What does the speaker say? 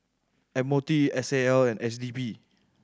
M O T S A L and S D P